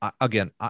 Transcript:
again